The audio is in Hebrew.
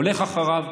הולך אחריו,